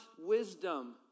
wisdom